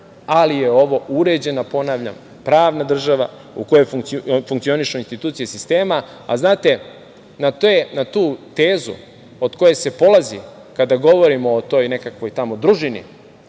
Ali je ovo uređena, ponavljam, pravna država u kojoj funkcionišu institucije sistema. Znate, na tu tezu od koje se polazi kada govorimo o toj nekakvoj tamo družini,